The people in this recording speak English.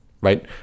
Right